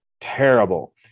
terrible